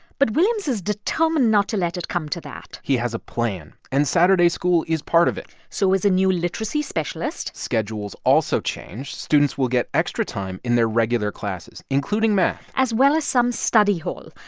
but williams is determined not to let it come to that he has a plan, and saturday school is part of it so is a new literacy specialist schedules also change. students will get extra time in their regular classes, including math as well as some study hall.